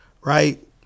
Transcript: right